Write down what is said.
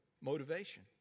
motivation